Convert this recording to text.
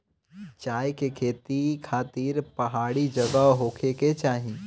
चाय के खेती खातिर पहाड़ी जगह होखे के चाही